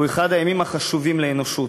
הוא אחד הימים החשובים לאנושות.